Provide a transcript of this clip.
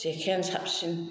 जेखाइयानो साबसिन